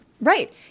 Right